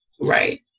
Right